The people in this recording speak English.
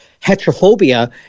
heterophobia